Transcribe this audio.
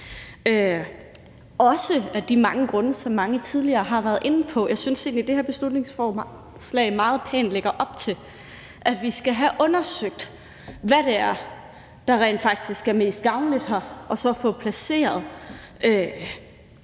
også af de mange grunde, som mange tidligere har været inde på. Jeg synes egentlig, at det her beslutningsforslag meget pænt lægger op til, at vi skal have undersøgt, hvad det er, der rent faktisk er mest gavnligt og så få placeret